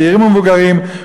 צעירים ומבוגרים,